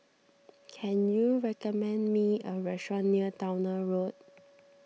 can you recommend me a restaurant near Towner Road